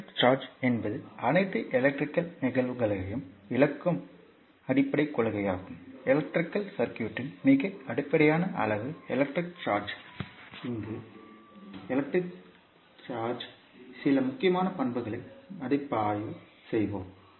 electric charge என்பது அனைத்து electrical நிகழ்வுகளையும் விளக்கும் அடிப்படைக் கொள்கையாகும் எலக்ட்ரிகல் சர்க்யூட்யின் மிக அடிப்படையான அளவு எலக்ட்ரிக் சார்ஜ் இங்கே எலக்ட்ரிக் சார்ஜ்யின் சில முக்கியமான பண்புகளை மதிப்பாய்வு செய்வோம்